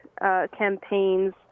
campaigns